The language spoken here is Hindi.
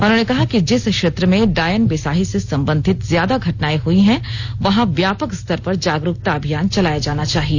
उन्होंने कहा कि जिस क्षेत्र में डायन बिसाही से संबंधित ज्यादा घटनाएं हुई हैं वहां व्यापक स्तर पर जागरूकता अभियान चलाया जाना चाहिए